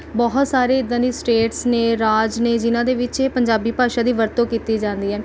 ਬਹੁਤ ਸਾਰੇ ਇੱਦਾਂ ਦੇ ਸਟੇਟਸ ਨੇ ਰਾਜ ਨੇ ਜਿਨ੍ਹਾਂ ਦੇ ਵਿੱਚ ਇਹ ਪੰਜਾਬੀ ਭਾਸ਼ਾ ਦੀ ਵਰਤੋਂ ਕੀਤੀ ਜਾਂਦੀ ਹੈ